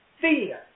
Fear